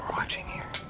watching here.